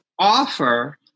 offer